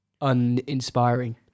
uninspiring